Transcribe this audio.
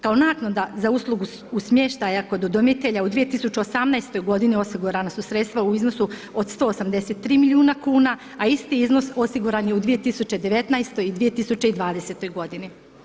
Kao naknada za uslugu smještaja udomitelja u 2018. godini osigurana su sredstva u iznosu od 183 milijuna kuna, a isti iznos osiguran je u 2019. i 2020. godini.